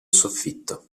soffitto